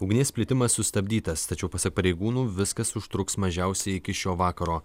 ugnies plitimas sustabdytas tačiau pasak pareigūnų viskas užtruks mažiausiai iki šio vakaro